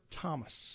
Thomas